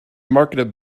marketed